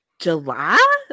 july